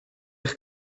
eich